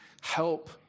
help